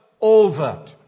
overt